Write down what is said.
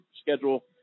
schedule